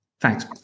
Thanks